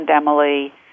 Emily